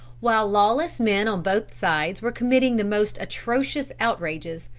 while lawless men on both sides were committing the most atrocious outrages,